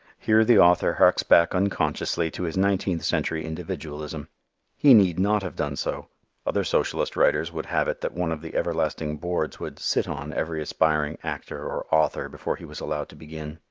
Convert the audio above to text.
here the author harks back unconsciously to his nineteenth century individualism he need not have done so other socialist writers would have it that one of the everlasting boards would sit on every aspiring actor or author before he was allowed to begin.